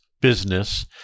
business